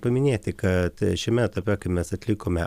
paminėti kad šiame etape kai mes atlikome